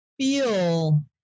feel